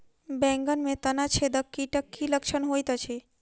बैंगन मे तना छेदक कीटक की लक्षण होइत अछि?